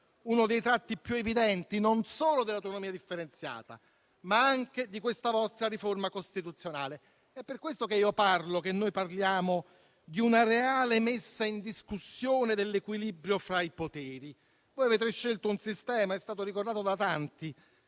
uno dei tratti più evidenti non solo dell'autonomia differenziata, ma anche di questa vostra riforma costituzionale. È per questo motivo che noi parliamo di una reale messa in discussione dell'equilibrio fra i poteri. Come è stato ricordato da tanti,